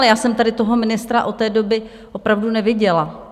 Ale já jsem tady toho ministra od té doby opravdu neviděla.